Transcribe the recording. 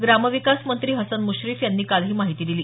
ग्रामविकास मंत्री हसन म्श्रीफ यांनी काल ही माहिती दिली